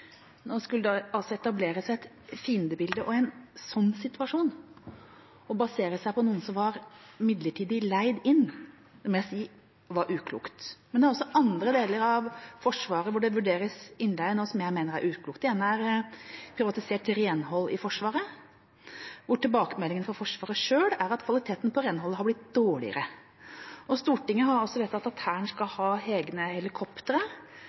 Nå skulle det altså etableres et fiendebilde, og i en sånn situasjon å basere seg på noen som var midlertidig leid inn, må jeg si var uklokt. Også i andre deler av Forsvaret vurderes det nå innleie som jeg mener er uklok. Det ene er privatisert renhold i Forsvaret, hvor tilbakemeldingene fra Forsvaret selv er at kvaliteten på renholdet har blitt dårligere. Stortinget har vedtatt at Hæren skal ha egne helikoptre,